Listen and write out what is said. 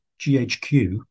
GHQ